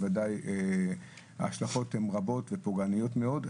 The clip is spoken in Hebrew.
ודאי ההשלכות הן רבות ופוגעניות מאוד.